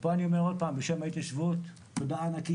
ופה אני אומר עוד פעם בשם ההתיישבות תודה ענקית